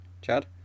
Chad